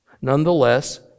Nonetheless